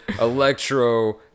Electro